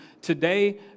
Today